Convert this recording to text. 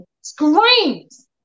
screams